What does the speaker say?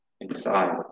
inside